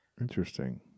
Interesting